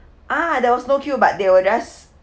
ah there was no queue but they were just